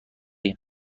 ایم